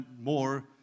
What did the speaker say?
more